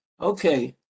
Okay